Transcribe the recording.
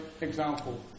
example